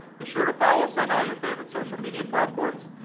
be sure to follow us on all your favorite social media platforms,